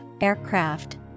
aircraft